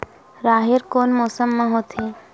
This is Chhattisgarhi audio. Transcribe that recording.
राहेर कोन मौसम मा होथे?